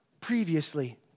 previously